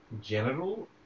Genital